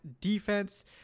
defense